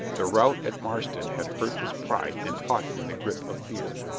the rout at marston had hurt his pride and taught him the grip of fear.